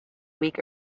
week